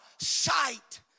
sight